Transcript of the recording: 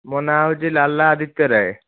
ମୋ ନାଁ ହେଉଛି ଲାଲା ଆଦିତ୍ୟ ରାଏ